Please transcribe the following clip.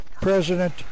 President